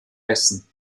hessen